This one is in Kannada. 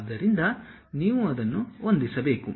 ಆದ್ದರಿಂದ ನೀವು ಅದನ್ನು ಹೊಂದಿಸಬೇಕು